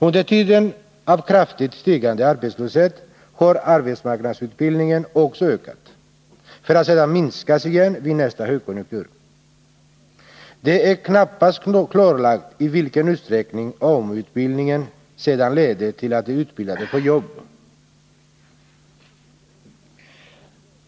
Under tider av kraftigt stigande arbetslöshet har AMU-utbildningen också ökat för att sedan minskas igen vid nästa högkonjunktur. Det är knappast klarlagt i vilken utsträckning AMU-utbildning sedan leder till att de utbildade får jobb.